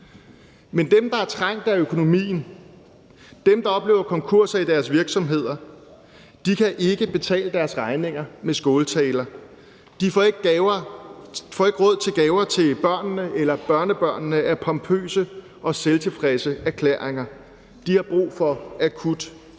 Men dem, der er økonomisk trængt, og dem, der oplever konkurser i deres virksomheder, kan ikke betale deres regninger med skåltaler; de får ikke råd til gaver til børnene eller børnebørnene af pompøse og selvtilfredse erklæringer – de har brug for akut hjælp.